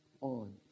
on